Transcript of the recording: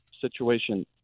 situation